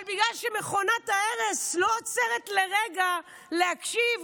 אבל בגלל שמכונת ההרס לא עוצרת לרגע להקשיב,